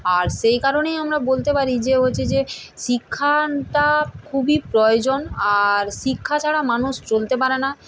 আর সেই কারণেই আমরা বলতে পারি যে ও হচ্ছে যে শিক্ষাটা খুবই প্রয়োজন আর শিক্ষা ছাড়া মানুষ চলতে পারে না